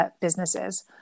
businesses